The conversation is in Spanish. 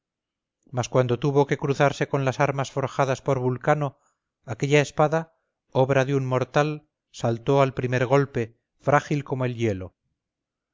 mas cuando tuvo que cruzarse con las armas forjadas por vulcano aquella espada obra de un mortal saltó al primer golpe frágil como el hielo